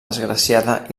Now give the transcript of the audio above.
desgraciada